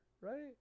right